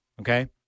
okay